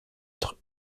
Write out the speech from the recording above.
être